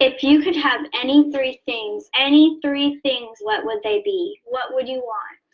if you could have any three things any three things what would they be, what would you want?